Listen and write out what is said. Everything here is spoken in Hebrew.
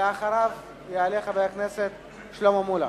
אחריו יעלה חבר הכנסת שלמה מולה.